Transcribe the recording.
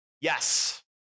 Yes